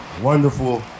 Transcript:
wonderful